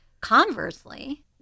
Conversely